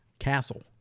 Castle